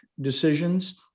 decisions